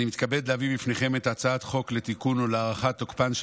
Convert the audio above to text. אני מתכבד להביא בפניכם את הצעת חוק לתיקון ולהארכת תוקפן של